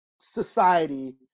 society